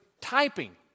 typing